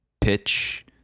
Pitch